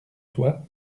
toi